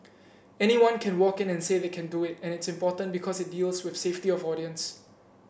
anyone can walk in and say they can do it and it's important because it deals with safety of audience